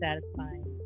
satisfying